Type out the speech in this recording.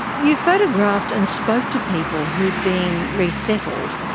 you photographed and spoke to people who had been resettled,